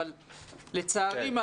אבל לצערי,